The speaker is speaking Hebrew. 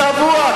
צבוע.